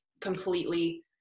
completely